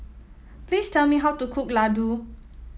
please tell me how to cook Ladoo